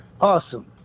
awesome